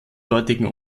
dortigen